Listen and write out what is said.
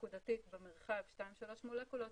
נקודתית במרחב 2-3 מולקולות,